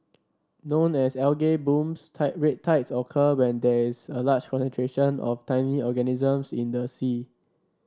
known as blooms tide red tides occur when there is a large concentration of tiny organisms in the sea